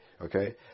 Okay